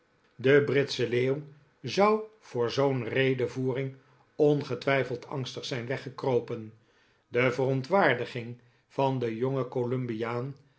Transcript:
de britsche leeuw zou voor zoo'n redevoering ongetwijfeld angstig zijn weggekropen de verontwaardiging van den jongen columbiaan